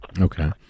okay